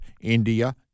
India